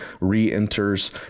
re-enters